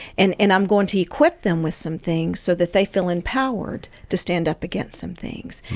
and and i'm going to equip them with some things so that they feel empowered to stand up against some things.